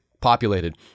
populated